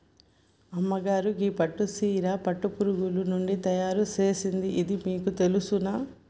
అమ్మగారు గీ పట్టు సీర పట్టు పురుగులు నుండి తయారు సేసింది ఇది మీకు తెలుసునా